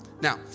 Now